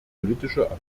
politische